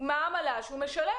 לגבי העמלה הכוללת שהוא משלם.